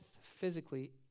physically